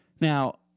Now